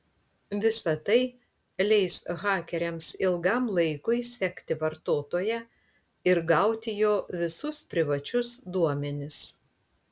visa tai leis hakeriams ilgam laikui sekti vartotoją ir gauti jo visus privačius duomenis